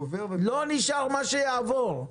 לא נשאר מה שיעבור.